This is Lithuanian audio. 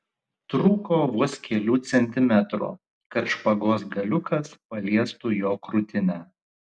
trūko vos kelių centimetrų kad špagos galiukas paliestų jo krūtinę